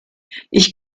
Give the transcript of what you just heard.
ich